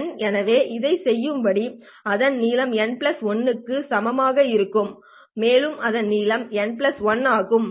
n எனவே இதைச் செய்யும்போது இதன் நீளம் n l க்கு சமமாக இருக்கும் மேலும் இதன் நீளமும் n l ஆகும்